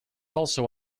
also